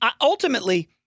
ultimately